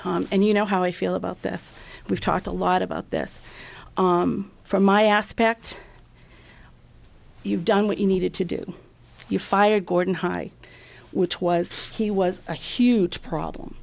and you know how i feel about this we've talked a lot about this from my aspect you've done what you needed to do you fire gordon high which was he was a huge problem